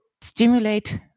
stimulate